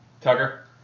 Tucker